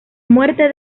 muerte